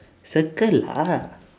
circle lah